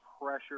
pressure